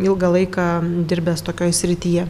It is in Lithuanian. ilgą laiką dirbęs tokioj srityje